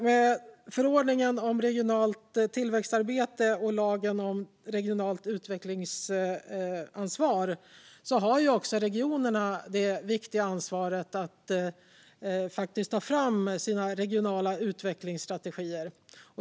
Med förordningen om regionalt tillväxtarbete och lagen om regionalt utvecklingsansvar har regionerna det viktiga ansvaret att ta fram sina regionala utvecklingsstrategier.